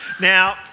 Now